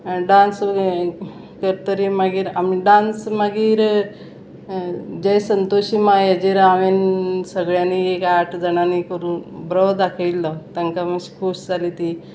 dance करतरी मागीर आमी डांस मागीर जे संतोशी मा हेजेर हांवेंन सगळ्यांनी एक आठ जाणांनी करून बरो दाखयल्लो तांकां मातशी खूश जाली ती